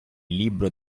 libro